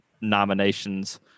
nominations